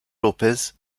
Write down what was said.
lópez